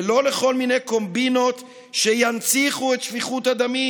ולא לכל מיני קומבינות שינציחו את שפיכות הדמים.